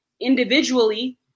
individually